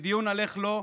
בדיון על, איך לא,